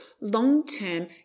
long-term